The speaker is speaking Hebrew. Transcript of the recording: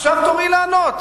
עכשיו תורי לענות.